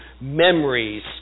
memories